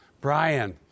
Brian